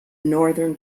northern